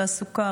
תעסוקה,